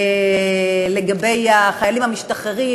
לגבי החיילים המשתחררים,